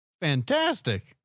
Fantastic